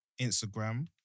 Instagram